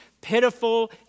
pitiful